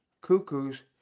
cuckoos